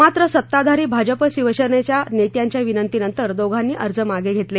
मात्र सत्ताधारी भाजप शिवसेनेच्या नेत्यांच्या विनंती नंतर दोघांनी अर्ज मागे घेतले